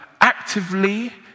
actively